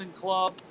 club